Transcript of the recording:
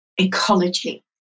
ecology